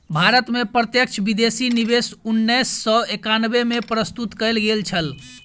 भारत में प्रत्यक्ष विदेशी निवेश उन्नैस सौ एकानबे में प्रस्तुत कयल गेल छल